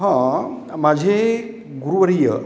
हं माझे गुरुवर्य